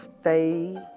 Stay